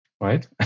right